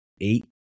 eight